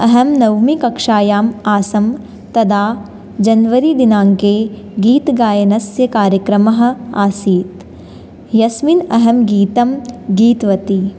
अहं नवमी कक्षायाम् आसं तदा जन्वरि दिनाङ्के गीतगायनस्य कार्यक्रमः आसीत् यस्मिन् अहं गीतं गीतवती